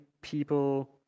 people